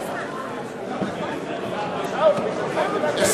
אי-אמון בממשלה לא נתקבלה.